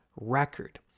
record